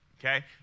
Okay